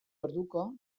orduko